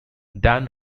than